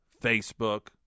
Facebook